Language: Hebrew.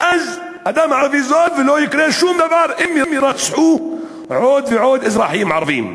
ואז הדם הערבי זול ולא יקרה שום דבר אם יירצחו עוד ועוד אזרחים ערבים.